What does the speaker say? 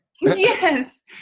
Yes